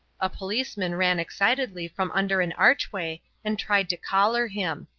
a policeman ran excitedly from under an archway and tried to collar him.